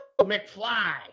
McFly